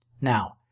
Now